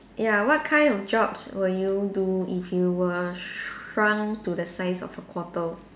ya what kind of jobs will you do if you were shrunk to the size of a quarter